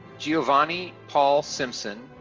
giovanni paul simpson,